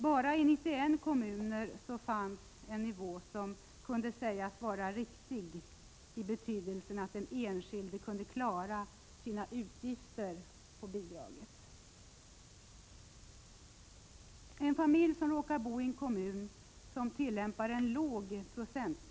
Bara i 91 kommuner fanns en nivå som kunde sägas vara riktig i betydelsen att den enskilde kunde klara sina utgifter på bidraget. En familj som råkar bo i en kommun som tillämpar en låg procentsats = Prot.